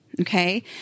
okay